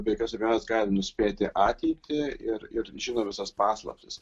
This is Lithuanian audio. be jokios abejonės gali nuspėti ateitį ir ir žino visas paslaptis